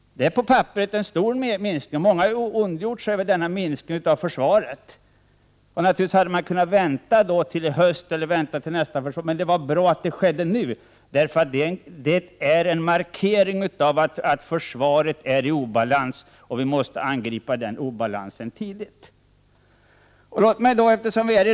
Det är på papperet en stor minskning, och många har ondgjort sig över denna minskning av försvaret. Man hade naturligtvis kunnat vänta till i höst, men det är bra att det sker nu. Det är en markering av att försvaret är i obalans och att vi måste angripa den obalansen tidigt.